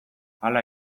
hala